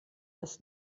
das